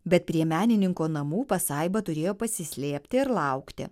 bet prie menininko namų pasaiba turėjo pasislėpti ir laukti